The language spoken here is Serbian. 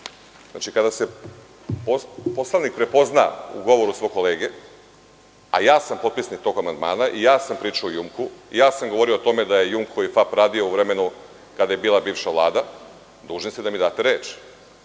107. Kada se poslanik prepozna u govoru svog kolege, a ja sam potpisnik tog amandmana i ja sam pričao o „Jumku“, govorio sam o tome da su „Jumko“ i FAP radili u vremenu kada je bila bivša Vlada, dužni ste da mi date reč. Juče